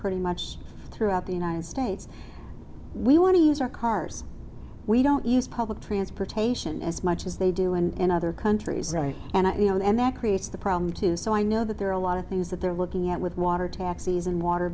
pretty much throughout the united states we want to use our cars we don't use public transportation as much as they do in other countries right and you know and that creates the problem too so i know that there are a lot of things that they're looking at with why taxis and water